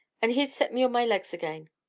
and he'd set me on my legs again.